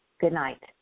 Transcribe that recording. goodnight